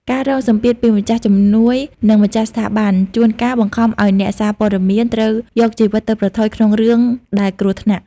ការរងសម្ពាធពីម្ចាស់ជំនួយ និងម្ចាស់ស្ថាប័ន ជួនកាលបង្ខំឱ្យអ្នកសារព័ត៌មានត្រូវយកជីវិតទៅប្រថុយក្នុងរឿងដែលគ្រោះថ្នាក់។